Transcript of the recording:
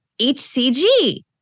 hCG